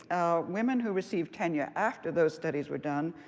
women who received tenure after those studies were done,